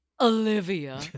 Olivia